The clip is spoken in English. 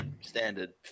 standard